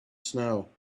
snow